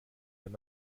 wenn